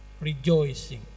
rejoicing